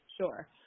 Sure